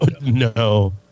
No